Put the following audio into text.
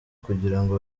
kugirango